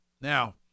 Now